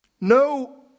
No